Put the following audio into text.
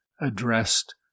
addressed